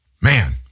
Man